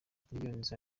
millions